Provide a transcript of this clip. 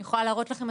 אני יכולה להראות לכם,